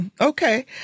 Okay